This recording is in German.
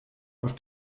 auf